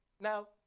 Now